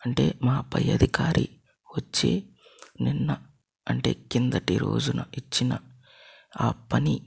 అంటే మా పై అధికారి వచ్చి నిన్న అంటే కిందటి రోజున ఇచ్చిన ఆ పని